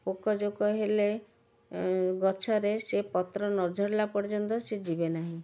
ପୋକ ଜୋକ ହେଲେ ଗଛରେ ସେ ପତ୍ର ନଝଡ଼ିଲା ପର୍ଯ୍ୟନ୍ତ ସେ ଯିବେ ନାହିଁ